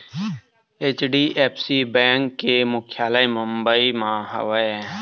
HDFC bank के मुख्यालय मुंबई म हवय